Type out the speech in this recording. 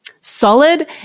solid